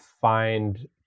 find